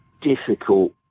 difficult